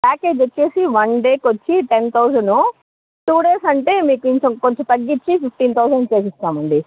package వచ్చేసి one day కొచ్చి ten thousand two days అంటే మీకొంచెం కొంచెం తగ్గిచ్చి ఫిఫ్టీన్ థౌసన్ చేసిస్తామండి